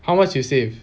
how much you save